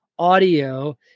audio